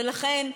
ולכן,